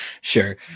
Sure